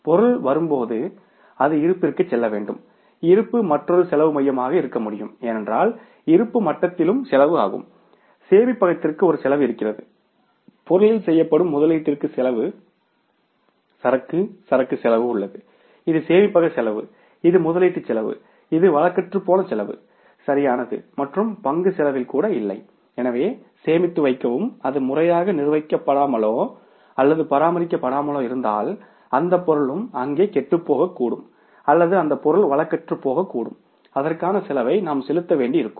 பொருள் வரும்போது அது இருப்பிற்கு செல்ல வேண்டும் இருப்பு மற்றொரு காஸ்ட் சென்டர்மாக இருக்க முடியும் ஏனென்றால் இருப்பு மட்டத்திலும் செலவு ஆகும் சேமிப்பகத்திற்கு ஒரு செலவு இருக்கிறது பொருளில் செய்யப்படும் முதலீட்டிற்கு செலவு சரக்கு சரக்கு செலவு உள்ளது இது சேமிப்பக செலவு இது முதலீட்டு செலவு இது வழக்கற்றுப்போன செலவு சரியானது மற்றும் பங்கு செலவில் கூட இல்லை எனவே சேமித்து வைக்கவும் அது முறையாக நிர்வகிக்கப்படாமலோ அல்லது பராமரிக்கப்படாமலோ இருந்தால் அந்த பொருளும் அங்கே கெட்டுப்போகக்கூடும் அல்லது அந்த பொருள் வழக்கற்றுப் போகக்கூடும் அதற்கான செலவை நாம் செலுத்த வேண்டியிருக்கும்